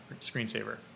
screensaver